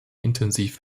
intensiv